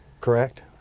correct